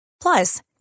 Plus